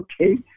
Okay